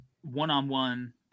one-on-one